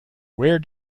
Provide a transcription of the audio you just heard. where